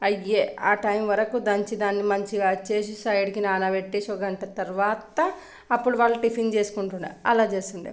అయ్యే ఆ టైమ్ వరకు దంచి దాన్ని మంచిగా అది చేసి సైడ్కి నానబెట్టేసి ఒక గంట తర్వాత అప్పుడు వాళ్ళు టిఫిన్ చేసుకుంటుండే అలా చేస్తుండే